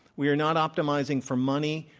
we are not optimizing for money.